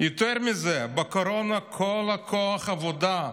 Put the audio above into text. יותר מזה, בקורונה כל כוח העבודה,